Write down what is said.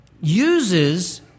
uses